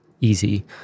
easy